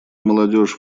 молодежь